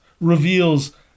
reveals